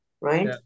right